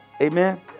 Amen